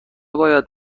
باید